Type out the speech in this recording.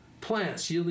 plants